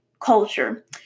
Culture